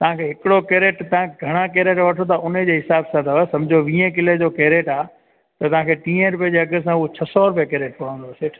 तव्हांखे हिकिड़ो केरेट तां घणा केरेट वठंदो उनजे हिसाब सां दादा सम्झो वीह्ह किले जो केरेट आहे त तव्हांखे टीह रुपए जे अघ सां पोि छह सौ रुपए केरेट पवंदव सेठ